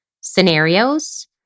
scenarios